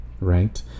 right